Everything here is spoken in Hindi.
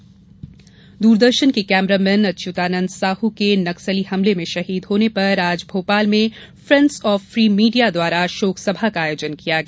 कैमरा मैन शोक दूरदर्शन के कैमरा मैन अच्युतानंद साहू के नक्सली हमले में शहीद होने पर आज भोपाल में फेंड्स ऑफ फी मीडिया द्वारा शोक सभा का आयोजन किया गया